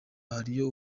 hariyo